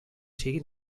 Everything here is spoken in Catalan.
sigui